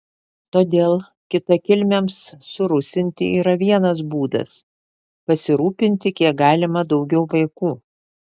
todėl kitakilmiams surusinti yra vienas būdas pasirūpinti kiek galima daugiau vaikų